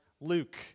Luke